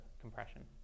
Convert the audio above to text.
compression